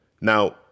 Now